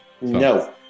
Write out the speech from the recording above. No